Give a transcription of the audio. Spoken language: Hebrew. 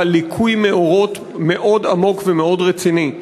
על ליקוי מאורות מאוד עמוק ומאוד רציני.